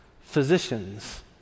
physicians